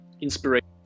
inspiration